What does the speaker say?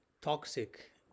toxic